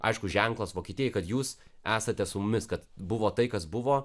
aiškus ženklas vokietijai kad jūs esate su mumis kad buvo tai kas buvo